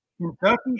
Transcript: Kentucky